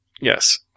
Yes